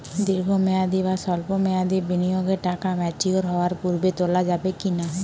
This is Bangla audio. দীর্ঘ মেয়াদি বা সল্প মেয়াদি বিনিয়োগের টাকা ম্যাচিওর হওয়ার পূর্বে তোলা যাবে কি না?